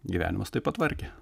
gyvenimas taip patvarkė